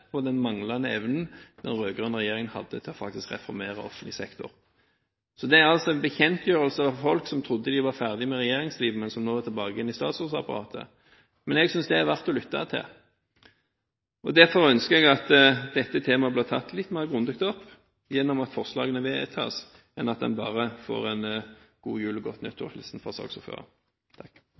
den manglende evnen den rød-grønne regjeringen hadde til faktisk å reformere offentlig sektor. Det er altså en bekjentgjørelse fra en som trodde han var ferdig med regjeringslivet, men som nå er tilbake igjen i statsrådsapparatet. Jeg synes dette er verdt å lytte til. Derfor ønsker jeg at dette temaet blir tatt opp litt mer grundig – ved at forslagene vedtas – enn at man bare får en hilsen om god jul og godt nyttår fra saksordføreren.